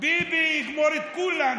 ביבי יגמור את כולנו.